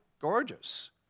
gorgeous